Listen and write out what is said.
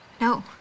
No